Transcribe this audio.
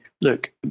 look